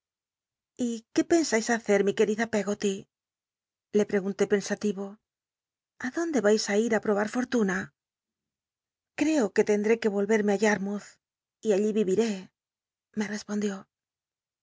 y qué pensais hacer mi querida peggoty le pregunté pensativo a dónde vais á ir aprobar fortuna creo que tendré que volverme í yarmouth y allí viviré me respondió